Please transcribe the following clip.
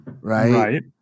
right